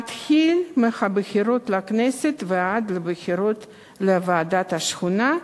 מהבחירות לכנסת ועד לבחירות לוועד השכונה,